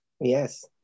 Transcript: Yes